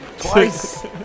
twice